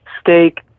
steak